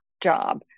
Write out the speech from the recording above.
job